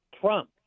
Trump